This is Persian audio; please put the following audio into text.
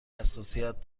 حساسیت